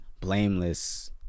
blameless